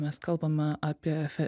mes kalbame apie fe